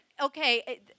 Okay